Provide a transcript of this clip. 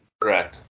Correct